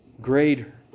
greater